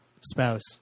Spouse